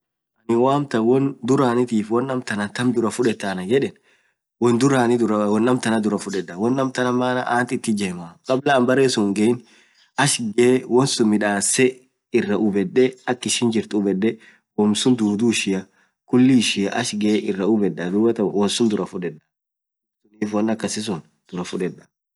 anin hoo amtaan woan duraanitiif taa amtana taam duraa fudetaa anan yedeen, woan amtanaa duraa fudedaa woan amtana maanaa ant it ijemaa kablaa anin baree sun hingein hubedee iraa midasee, woam suun duduu ishia kulii ishia ach gee iraa hubedaa duubataan woan suun duraa fudedaa sunif woan akasii suun duraa fudedaa.